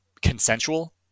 consensual